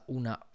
una